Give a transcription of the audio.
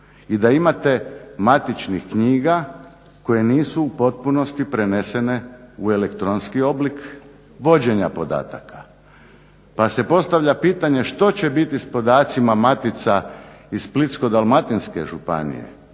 i da imate matičnih knjiga koje nisu u potpunosti prenesene u elektronski oblik vođenja podataka. Pa se postavlja pitanje što će biti s podacima matica iz Splitsko-dalmatinske županije